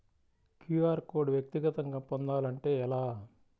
QR code వ్యక్తిగతంగా పొందాలంటే ఎలా?